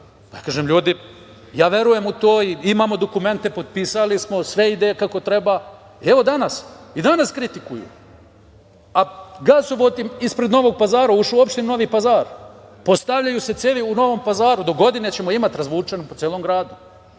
Kažem - ljudi, ja verujem u to, imamo dokumente, potpisali smo, sve ide kako treba. Evo, danas i danas kritikuju, a gasovod im ispred Novog Pazara, ušao u opštinu Novi Pazar, postavljaju se cevi u Novom Pazaru dogodine ćemo imati razvučen po celom gradu.